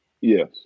Yes